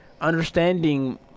understanding